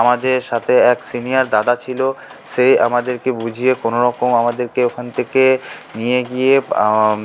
আমাদের সাথে এক সিনিয়র দাদা ছিল সেই আমাদেরকে বুঝিয়ে কোনো রকম আমাদেরকে ওখান থেকে নিয়ে গিয়ে